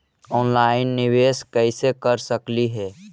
Online निबेस कैसे कर सकली हे?